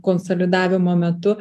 konsolidavimo metu